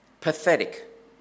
pathetic